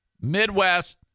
Midwest